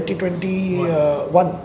2021